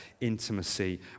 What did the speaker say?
intimacy